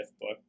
book